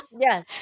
Yes